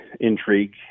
intrigue